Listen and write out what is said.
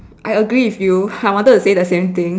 I agree with you I wanted to say the same thing